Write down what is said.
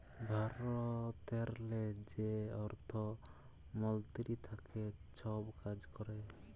ভারতেরলে যে অর্থ মলতিরি থ্যাকে ছব কাজ ক্যরে